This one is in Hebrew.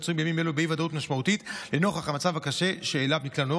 שמצויים בימים אלו באי-ודאות משמעותית לנוכח המצב הקשה שאליו נקלעו.